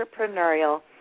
entrepreneurial